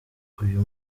uyu